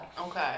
Okay